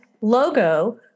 logo